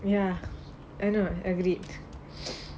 ya and are agreed